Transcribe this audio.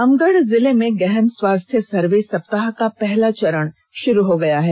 रामगढ़ जिले में गहन स्वास्थ्य सर्वे सप्ताह का पहला चरण शुरू हो गया है